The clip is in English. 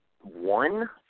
one